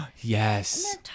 Yes